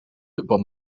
football